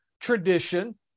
tradition